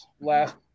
last